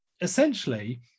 essentially